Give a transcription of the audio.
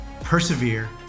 persevere